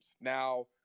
Now